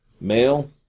Male